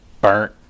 burnt